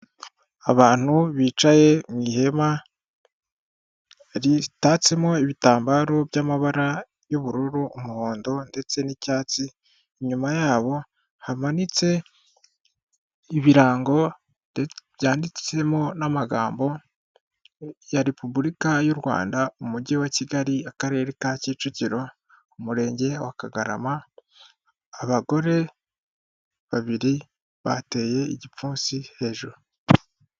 Abantu bicaye mu ihema ritatsemo ibitambaro by'amabara y'ubururu, umuhondo ndetse n'icyatsi, inyuma yabo hamanitse ibirango byanditsemo n'amagambo ya Repubulika y'u Rwanda, umujyi wa Kigali, akarere ka kicukiro, umurenge wa kagarama, abagore babiri bateye igipfunsi hejuru.